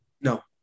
No